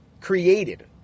created